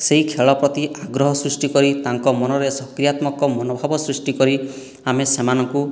ସେହି ଖେଳ ପ୍ରତି ଆଗ୍ରହ ସୃଷ୍ଟି କରି ତାଙ୍କ ମନରେ ସକରାତ୍ମକ ମନୋଭାବ ସୃଷ୍ଟି କରି ଆମେ ସେମାନଙ୍କୁ